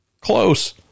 close